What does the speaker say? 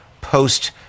post